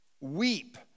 Weep